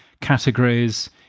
categories